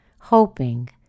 hoping